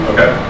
Okay